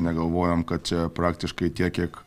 negalvojom kad čia praktiškai tiek kiek